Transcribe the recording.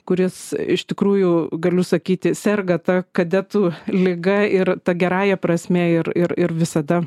kuris iš tikrųjų galiu sakyti serga ta kadetų liga ir ta gerąja prasme ir ir ir visada